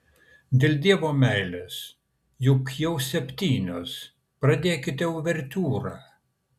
dėl dievo meilės juk jau septynios pradėkite uvertiūrą